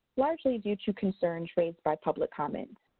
largely due to concerns raised by public comments.